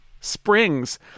Springs